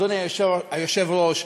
אדוני היושב-ראש,